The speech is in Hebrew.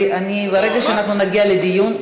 ברגע שאנחנו נגיע לדיון.